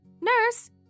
Nurse